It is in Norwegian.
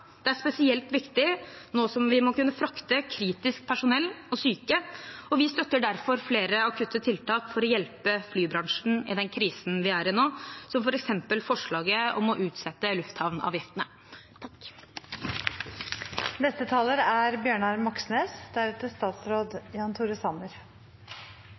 Det er spesielt viktig nå som vi må kunne frakte kritisk personell og syke. Vi støtter derfor flere akutte tiltak for å hjelpe flybransjen i den krisen vi er i nå, som f.eks. forslaget om å utsette lufthavnavgiftene. Landet er i en alvorlig situasjon hvor det er